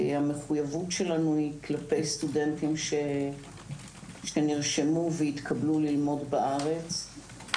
המחויבות שלנו היא כלפי סטודנטים שנרשמו והתקבלו ללמוד בארץ.